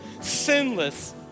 sinless